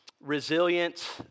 resilient